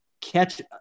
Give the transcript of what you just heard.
catch